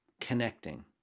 connecting